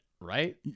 right